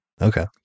Okay